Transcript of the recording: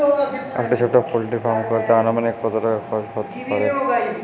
একটা ছোটো poultry farm করতে আনুমানিক কত খরচ কত হতে পারে?